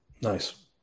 nice